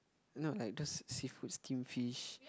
no like just seafood steamed fish